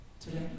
today